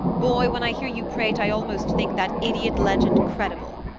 boy, when i hear you prate i almost think that idiot legend credible.